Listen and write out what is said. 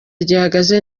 gihagaze